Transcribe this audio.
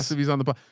if he's on the bar,